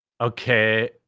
okay